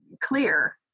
clear